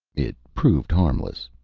it proved harmless.